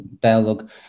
dialogue